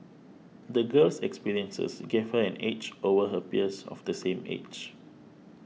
the girl's experiences gave her an edge over her peers of the same age